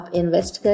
invest